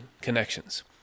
connections